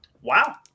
wow